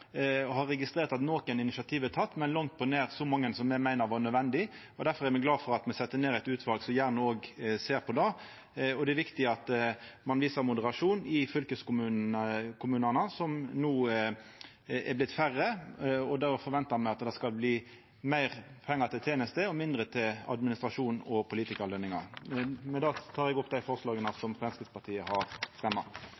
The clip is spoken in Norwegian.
har registrert at nokre initiativ er tekne, men på langt nær så mange som me meiner var nødvendig. Difor er me glade for at det blir sett ned eit utval som skal sjå på det. Det er viktig at ein viser moderasjon i fylkeskommunane, som no er vortne færre. Då forventar me at det skal bli meir pengar til tenester og mindre til administrasjon og politikarløningar. Med det tek eg opp dei forslaga